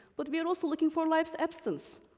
but we are also looking for life's absence.